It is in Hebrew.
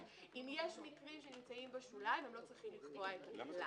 אם יש מקרים שנמצאים בשוליים הם לא צריכים לקבוע את הכלל.